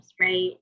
right